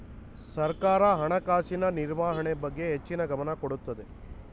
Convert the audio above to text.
ಸರ್ಕಾರ ಹಣಕಾಸಿನ ನಿರ್ವಹಣೆ ಬಗ್ಗೆ ಹೆಚ್ಚಿನ ಗಮನ ಕೊಡುತ್ತದೆ